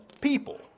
people